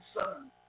Son